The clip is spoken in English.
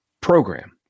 program